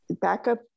backup